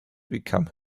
become